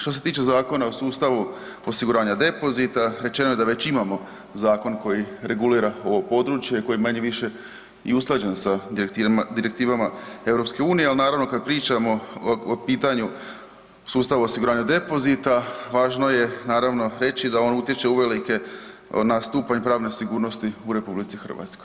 Što se tiče Zakona o sustavu osiguranja depozita, rečeno je da već imamo zakon koji regulira ovo područje koji je manje-više i usklađen sa direktivama EU, ali naravno kada pričamo o pitanju sustava osiguranja depozita važno je reći da on utiče uvelike na stupanj pravne sigurnosti u RH.